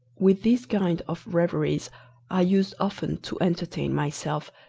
with these kind of reveries i used often to entertain myself,